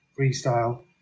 freestyle